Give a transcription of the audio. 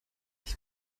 ich